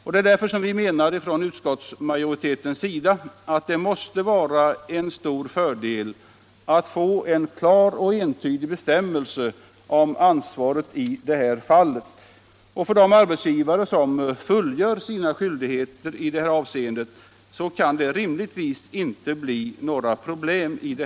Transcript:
Utskottsmajoriteten menar = lagen, m.m. därför att det måste vara en stor fördel att få en klar och entydig bestämmelse om ansvaret i sådana fall. För de arbetsgivare som fullgör sina skyldigheter i detta avseende kan den ändringen inte rimligtvis medföra några svårigheter.